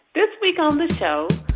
this week on the show,